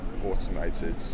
Automated